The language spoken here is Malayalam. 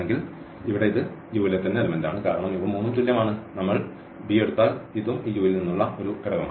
അതിനാൽ ഇവിടെ ഇത് U യുടേതാണ് കാരണം ഇവ മൂന്നും തുല്യമാണ് നമ്മൾ b എടുത്താൽ ഇതും ഈ U യിൽ നിന്നുള്ള ഒരു ഘടകം